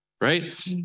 right